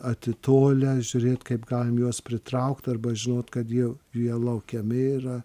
atitolę žiūrėt kaip galim juos pritraukt arba žinot kad jau jie laukiami yra